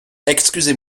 excusez